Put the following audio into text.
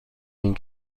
این